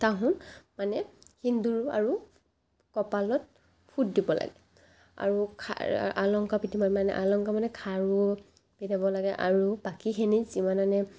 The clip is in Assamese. তাহোন মানে সেন্দুৰ আৰু কপালত ফুট দিব লাগে আৰু খা আ অলংকাৰ পিন্ধিব মানে আ অলংকাৰ মানে খাৰু পিন্ধাব লাগে আৰু বাকীখিনি যিমান আনে